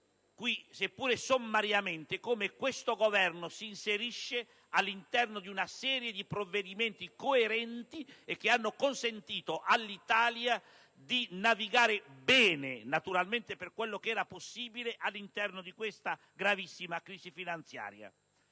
qui, seppur sommariamente, come l'azione di questo Governo si inserisce all'interno di una serie di provvedimenti coerenti, che hanno consentito all'Italia di navigare bene, naturalmente per quello che era possibile, nell'ambito di questa gravissima crisi finanziaria.